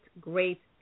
great